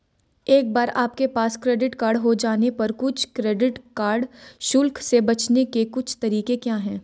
एक बार आपके पास क्रेडिट कार्ड हो जाने पर कुछ क्रेडिट कार्ड शुल्क से बचने के कुछ तरीके क्या हैं?